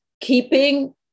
keeping